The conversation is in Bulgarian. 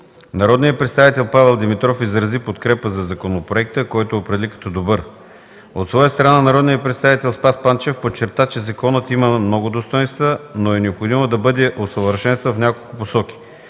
Народният представител Павел Димитров изрази подкрепа за законопроекта, който определи като добър. От своя страна народният представител Спас Панчев подчерта, че законът има много достойнства, но е необходимо да бъде усъвършенстван в няколко посоки.